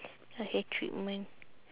a hair treatment